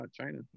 china